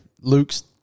Luke's